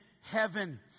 heaven